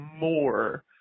more